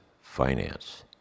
finance